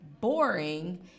boring